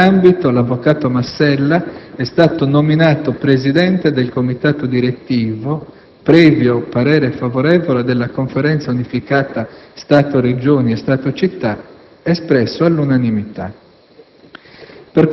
In tale ambito, l'avvocato Massella è stato nominato presidente del comitato direttivo, previo parere favorevole della Conferenza unificata Stato-Regioni e Stato-Città, espresso all'unanimità.